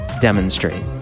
demonstrate